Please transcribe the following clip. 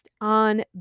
on